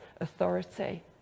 authority